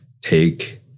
take